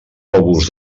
abús